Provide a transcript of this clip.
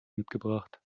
mitgebracht